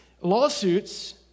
lawsuits